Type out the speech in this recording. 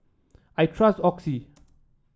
I trust Oxy